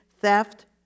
theft